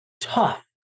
tough